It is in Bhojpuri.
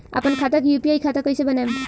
आपन खाता के यू.पी.आई खाता कईसे बनाएम?